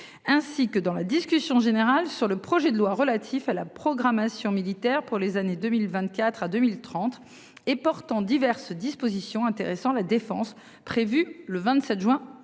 ainsi que dans la discussion générale sur le projet de loi relatif à la programmation militaire pour les années 2024 à 2030 et portant diverses dispositions intéressant la défense prévu le 27 juin